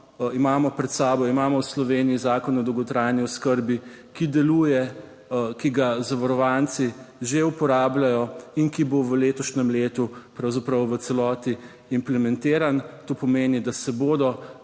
imamo pred sabo, imamo v Sloveniji Zakon o dolgotrajni oskrbi, ki deluje, ki ga zavarovanci že uporabljajo in ki bo v letošnjem letu pravzaprav v celoti implementiran. To pomeni, da se bodo